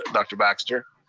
ah dr. baxter.